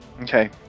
Okay